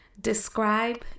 Describe